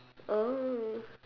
oh